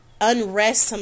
unrest